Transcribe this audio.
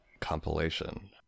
compilation